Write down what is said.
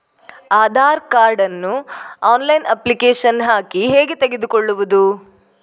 Aadhaar card ನ್ನು online application ಹಾಕಿ ಹೇಗೆ ತೆಗೆದುಕೊಳ್ಳುವುದು?